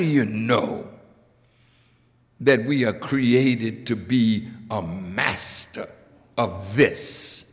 you know that we are created to be master of this